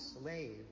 slave